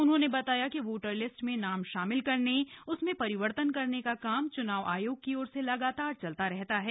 उन्होंने बताया कि वोटर लिस्ट में नाम शामिल करने उसमें परिवर्तन करने का काम चुनाव आयोग की ओर से लगातार चलता रहता है